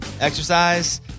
Exercise